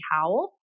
Howell